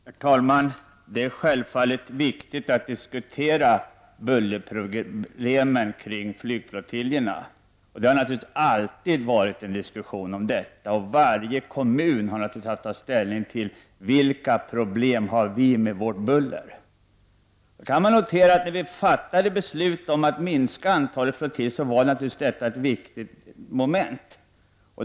Herr talman! Det är självfallet viktigt att diskutera bullerproblemen kring flygflottiljerna. Det har alltid varit diskussion om detta, och varje kommun har haft att ta ställning: ”Vilka problem har vi med vårt buller?” När vi fattade beslut om att minska antalet flottiljer, var naturligtvis detta ett viktigt moment.